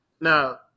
Now